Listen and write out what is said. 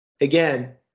again